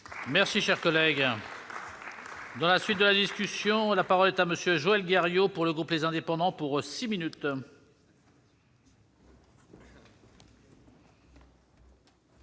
Merci, cher collègue, dans la suite de la discussion. Non, la parole est à monsieur Joël Diario pour le groupe, les indépendants pour eux 6 minutes.